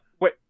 wait